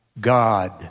God